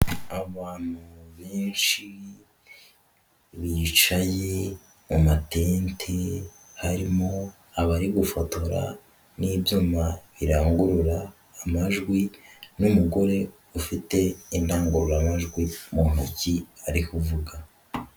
Abantu benshi bicaye mu matenti, harimo abari gufotora n'ibyuma birangurura amajwi n'umugore ufite indangururamajwi mu ntoki ari kuvuga.